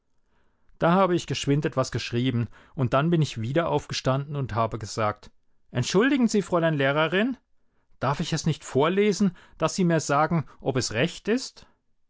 da habe ich geschwind etwas geschrieben und dann bin ich wieder aufgestanden und habe gesagt entschuldigen sie fräulein lehrerin darf ich es nicht vorlesen daß sie mir sagen ob es recht ist